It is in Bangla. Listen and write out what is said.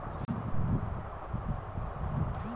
কোন প্রকল্পে স্পেয়ার মেশিন পাব?